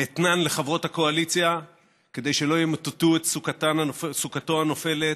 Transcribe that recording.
באתנן לחברות הקואליציה כדי שלא ימוטטו את סוכתו הנופלת,